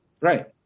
right